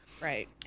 Right